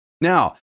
Now